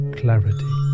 clarity